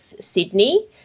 Sydney